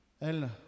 Elle